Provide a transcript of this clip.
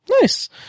Nice